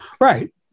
Right